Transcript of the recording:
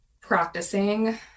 practicing